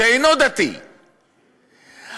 שאינו דתי,